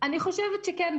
אני חושבת שכן,